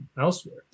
elsewhere